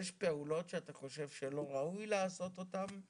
יש פעולות שאתה חושב שלא ראוי לעשות אותן?